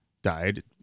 died